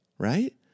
right